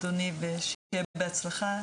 אדוני ושיהיה בהצלחה,